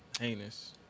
Heinous